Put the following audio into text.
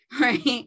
right